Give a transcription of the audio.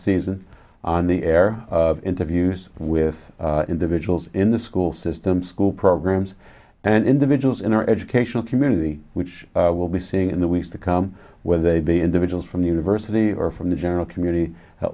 season on the air of interviews with individuals in the school system school programs and individuals in our educational community which will be seeing in the weeks to come whether they be individuals from the university or from the general community a